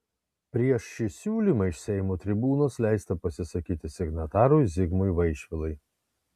prieš šį siūlymą iš seimo tribūnos leista pasisakyti signatarui zigmui vaišvilai